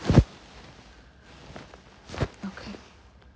okay